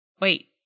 wait